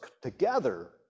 together